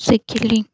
ଶିଖିଲି